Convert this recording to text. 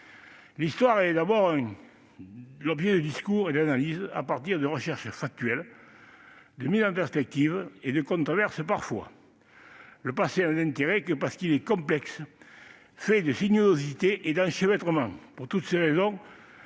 L'histoire est l'objet de discours et d'analyses à partir de recherches factuelles, de mises en perspective et de controverses parfois. Le passé n'a d'intérêt que parce qu'il est complexe, fait de sinuosités et d'enchevêtrements. Pour toutes ces raisons,